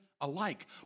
alike